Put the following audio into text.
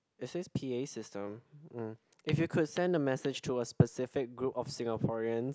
they say P_A system mm if you could send the message to a specific group of Singaporean